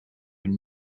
own